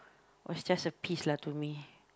was just a peace lah to me